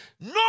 No